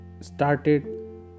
started